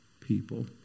people